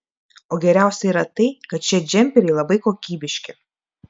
o geriausia yra tai kad šie džemperiai labai kokybiški